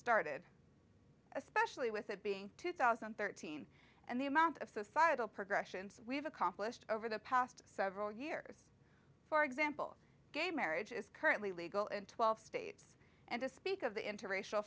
started especially with it being two thousand and thirteen and the amount of societal progressions we've accomplished over the past several years for example gay marriage is currently legal in twelve states and to speak of the interracial